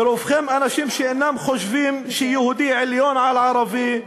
ורובכם אנשים שאינם חושבים שיהודי עליון על ערבי,